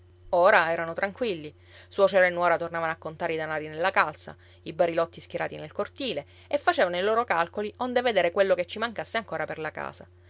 ora erano tranquilli suocero e nuora tornavano a contare i danari nella calza i barilotti schierati nel cortile e facevano i loro calcoli onde vedere quello che ci mancasse ancora per la casa